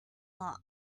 not